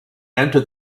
enter